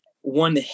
One